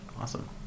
Awesome